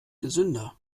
gesünder